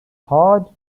hard